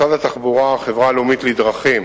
משרד התחבורה, החברה הלאומית לדרכים